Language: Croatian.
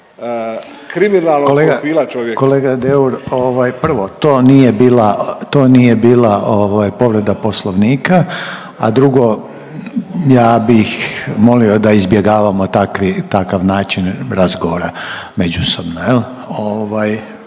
to nije bila, to nije bila ovaj povreda Poslovnika, a drugo ja bih molio da izbjegavamo takav način razgovora međusobno